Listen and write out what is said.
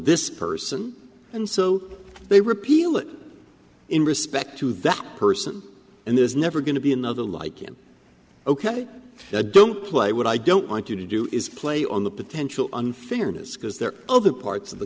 person and so they repeal it in respect to that person and there's never going to be another like him ok don't play what i don't want you to do is play on the potential unfairness because there are other parts of the